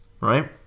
right